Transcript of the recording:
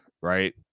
right